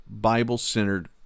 Bible-centered